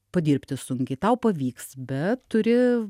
padirbti sunkiai tau pavyks bet turi